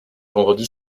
vendredi